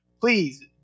please